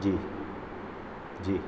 जी जी